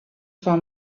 for